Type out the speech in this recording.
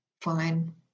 fine